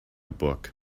book